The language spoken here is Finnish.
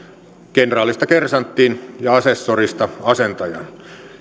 kenraalista kersanttiin ja asessorista asentajaan